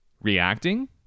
reacting